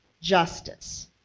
justice